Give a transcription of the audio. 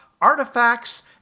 artifacts